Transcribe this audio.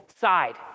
side